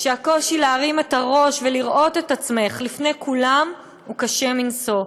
ולהרים את הראש ולראות את עצמך לפני כולם קשה מנשוא.